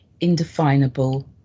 indefinable